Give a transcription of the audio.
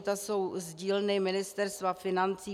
Ta jsou z dílny Ministerstva financí.